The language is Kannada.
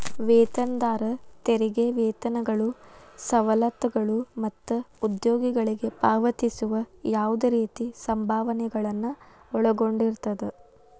ವೇತನದಾರ ತೆರಿಗೆ ವೇತನಗಳು ಸವಲತ್ತುಗಳು ಮತ್ತ ಉದ್ಯೋಗಿಗಳಿಗೆ ಪಾವತಿಸುವ ಯಾವ್ದ್ ರೇತಿ ಸಂಭಾವನೆಗಳನ್ನ ಒಳಗೊಂಡಿರ್ತದ